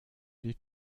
die